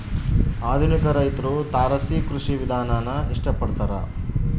ಆಧುನಿಕ ರೈತ್ರು ತಾರಸಿ ಕೃಷಿ ವಿಧಾನಾನ ಇಷ್ಟ ಪಡ್ತಾರ